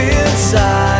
inside